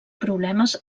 problemes